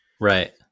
Right